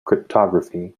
cryptography